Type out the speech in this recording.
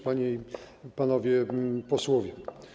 Panie i Panowie Posłowie!